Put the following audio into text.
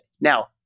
now